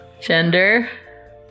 Gender